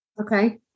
Okay